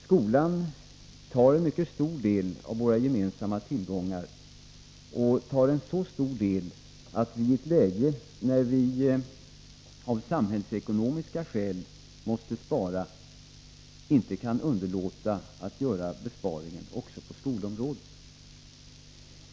Skolan tar en mycket stor del av våra gemensamma tillgångar, en så stor del att vi i ett läge när vi av samhällsekonomiska skäl måste spara inte kan underlåta att göra besparingar också på skolområdet.